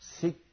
Seek